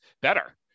better